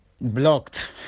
blocked